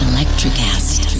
Electricast